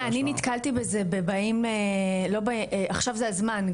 תראה אני נתקלתי בזה ב"עכשיו זה הזמן",